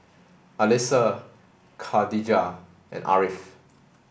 Alyssa Khadija and Ariff